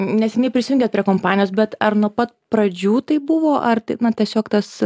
neseniai prisijungėt prie kompanijos bet ar nuo pat pradžių tai buvo ar tai na tiesiog tas